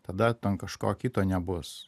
tada ten kažko kito nebus